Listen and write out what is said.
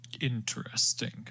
interesting